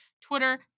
twitter